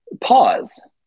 pause